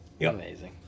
Amazing